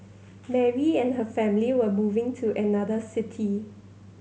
Mary and her family were moving to another city